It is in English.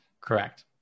Correct